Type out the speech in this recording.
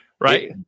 right